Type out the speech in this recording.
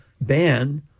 ban